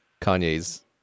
Kanye's